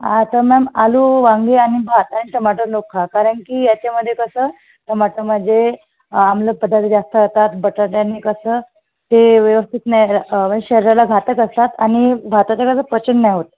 आता मॅम आलू वांगे आणि भात आणि टमाटर नको खा कारण की याच्यामध्ये कसं टमाटरमध्ये आम्ल पदार्थ जास्त राहतात बटाट्याने कसं ते व्यवस्थित नाही शरीराला घातक असतात आणि भाताचं कसं पचन नाही होत